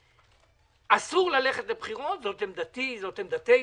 אסור ללכת לבחירות, זאת עמדתי, זאת עמדתנו,